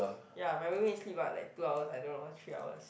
ya my roommate sleep about like two hours I don't know three hours